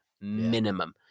minimum